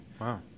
Wow